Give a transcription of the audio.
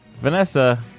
Vanessa